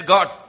God